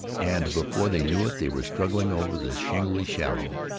and before they knew it they were struggling over the shingly shallow.